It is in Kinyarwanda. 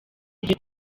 iryo